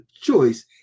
choice